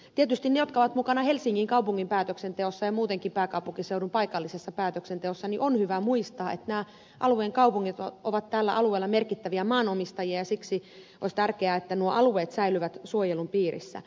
tietysti niiden jotka ovat mukana helsingin kaupungin päätöksenteossa ja muutenkin pääkaupunkiseudun paikallisessa päätöksenteossa on hyvä muistaa että alueen kaupungit ovat tällä alueella merkittäviä maanomistajia ja siksi olisi tärkeää että nuo alueet säilyvät suojelun piirissä